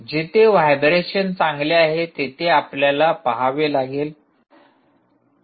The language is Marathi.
जिथे व्हायब्रेशन्स चांगले आहे तेथे आपल्याला पहावे लागेल